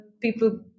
people